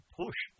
push